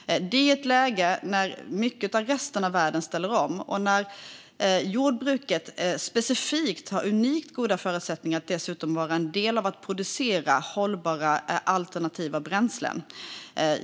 Vi är i ett läge då en stor del av resten av världen ställer om. Jordbruket specifikt har dessutom unikt goda förutsättningar att vara en del av att producera hållbara alternativa bränslen.